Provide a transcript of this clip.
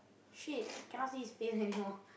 shit cannot see his face anymore